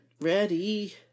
ready